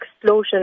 explosion